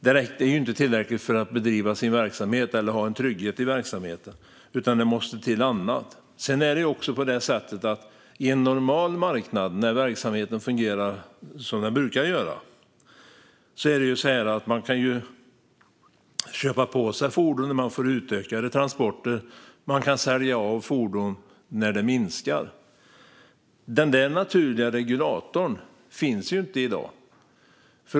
Det är inte tillräckligt för att man ska kunna bedriva sin verksamhet eller ha en trygghet i verksamheten, utan det måste till annat. Sedan är det så att på en normal marknad, när verksamheten fungerar som den brukar göra, kan man köpa på sig fordon när man får utökade transporter och sälja av fordon när transporterna blir färre. Den naturliga regulatorn finns inte i dag.